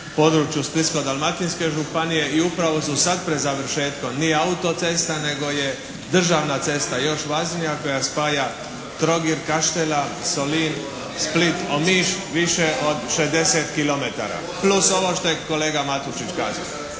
području Splitsko-dalmatinske županije i upravo su sad pred završetkom. Nije autocesta nego je državna cesta, još važnija, koja spaja Trogir, Kaštela, Solin, Split, Omiš više od 60 kilometara, plus ovo što je kolega Matušić kazao.